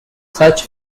such